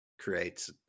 creates